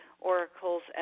oracles